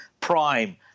Prime